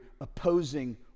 opposing